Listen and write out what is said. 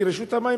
כי רשות המים,